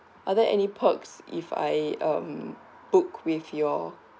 are there any perks if I um book with your